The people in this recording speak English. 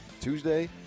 tuesday